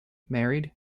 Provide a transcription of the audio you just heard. married